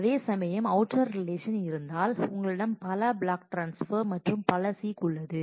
அதேசமயம் outer relation இருந்தால் உங்களிடம் பல ப்ளாக்ஸ் டிரான்ஸ்பர் மற்றும் பல சீக் உள்ளது